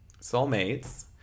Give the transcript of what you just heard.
soulmates